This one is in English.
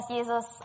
Jesus